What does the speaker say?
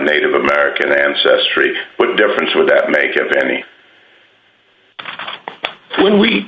native american ancestry what difference would that make if any when we